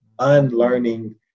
unlearning